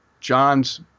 John's